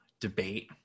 debate